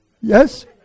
yes